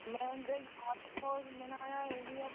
ᱢᱮᱱᱫᱟᱹᱧ ᱟᱨ ᱢᱮᱱᱟᱭᱟ ᱩᱱᱤᱭᱟᱜ